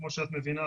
כמו שאת מבינה,